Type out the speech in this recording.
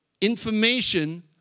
information